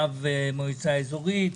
רב מועצה אזורית,